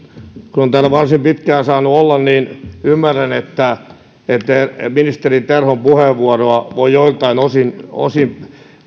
kun on täällä varsin pitkään saanut olla niin ymmärrän että ministeri terhon puheenvuoroa voidaan joiltain osin osin